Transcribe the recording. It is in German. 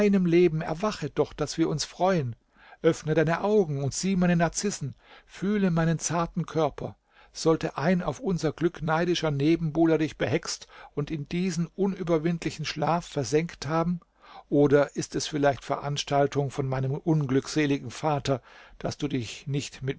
leben erwache doch daß wir uns freuen öffne deine augen und sieh meine narzissen fühle meinen zarten körper sollte ein auf unser glück neidischer nebenbuhler dich behext und in diesen unüberwindlichen schlaf versenkt haben oder ist es vielleicht veranstaltung von meinem unglückseligen vater daß du dich nicht